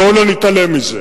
בואו לא נתעלם מזה.